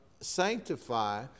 Sanctify